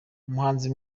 umuhanzi